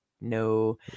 no